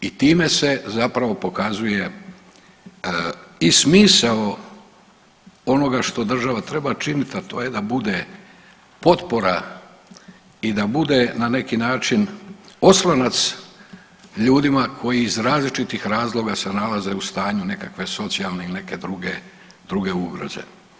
I time se zapravo pokazuje i smisao onoga što država treba činiti, a to je da bude potpora i da bude na neki način oslonac ljudima koji iz različitih razloga se nalaze u stanju nekakve socijalne ili neke druge ugroze.